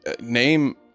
name